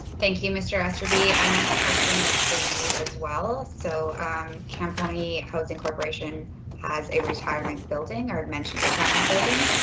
thank you mr. aster be and next question is for you as well. so camponi housing corporation has a retirement building or mentioned retirement building.